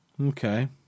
okay